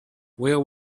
well